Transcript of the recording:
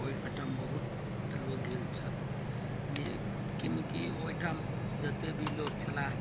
ओहिठाम बहुत लोग गेल छल लेकिन कि ओहिठाम जते भी लोक छलाह